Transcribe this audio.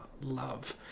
love